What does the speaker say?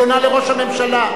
היא עונה לראש הממשלה.